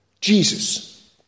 Jesus